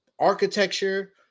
architecture